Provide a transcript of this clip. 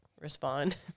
respond